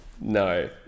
no